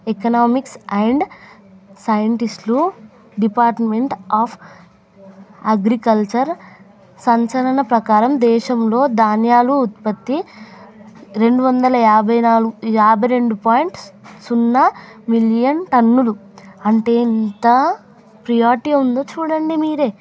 economics and సైంటిస్టులు department of agriculture సంచలన ప్రకారం దేశంలో ధాన్యాలు ఉత్పత్తి రెండు వందల యాభై నాలుగు యాభై రెండు పాయింట్ సున్నా మిలియన్ టన్నులు అంటే ఎంత ప్రయార్టీ ఉందో చూడండి మీరే